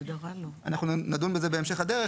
אנחנו נדון בזה בהמשך הדרך,